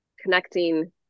connecting